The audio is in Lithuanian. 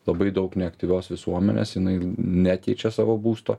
labai daug neaktyvios visuomenės jinai nekeičia savo būsto